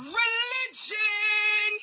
religion